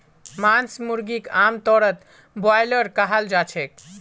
मांस मुर्गीक आमतौरत ब्रॉयलर कहाल जाछेक